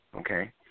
Okay